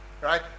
Right